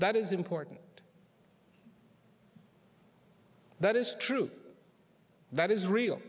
that is important that is true that is real